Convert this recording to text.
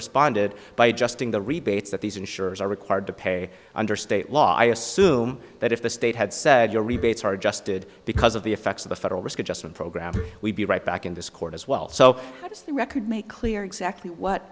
responded by adjusting the rebates that these insurers are required to pay under state law i assume that if the state had said your rebates are adjusted because of the effects of the federal risk adjustment program we'd be right back in this court as well so that is the record make clear exactly what